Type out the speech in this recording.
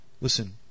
Listen